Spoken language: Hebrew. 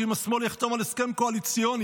שאם השמאל יחתום על הסכם קואליציוני